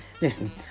Listen